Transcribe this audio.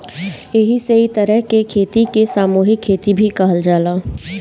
एही से इ तरह के खेती के सामूहिक खेती भी कहल जाला